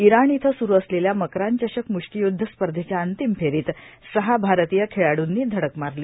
Iran इथं सुरू असलेल्या मक्रान चषक मुष्टियुद्ध स्पर्धेच्या अंतिम फेरीत सहा भारतीय खेळाडूंनी धडक मारली